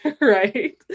right